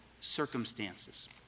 circumstances